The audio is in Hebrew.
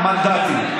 58 מנדטים.